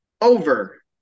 over